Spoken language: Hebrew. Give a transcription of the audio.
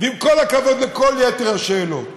ועם כל הכבוד לכל יתר השאלות,